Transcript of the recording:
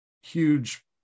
huge